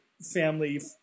family